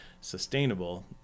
sustainable